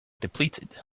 depleted